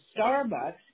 Starbucks